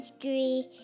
green